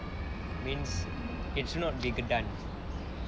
mean it's not redundant